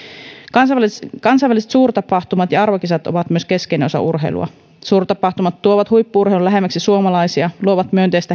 kansainväliset suurtapahtumat ja arvokisat ovat myös keskeinen osa urheilua suurtapahtumat tuovat huippu urheilun lähemmäksi suomalaisia luovat myönteistä